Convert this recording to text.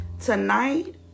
tonight